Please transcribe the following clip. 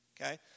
okay